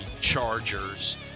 Chargers